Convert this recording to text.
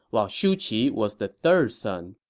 while shu qi was the third son.